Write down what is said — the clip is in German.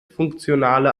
funktionale